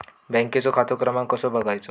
बँकेचो खाते क्रमांक कसो बगायचो?